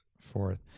Fourth